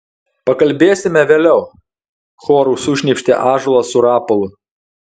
pakalbėsime vėliau choru sušnypštė ąžuolas su rapolu